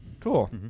Cool